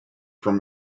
from